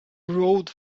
rode